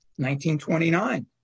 1929